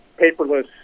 paperless